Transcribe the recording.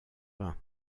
vingt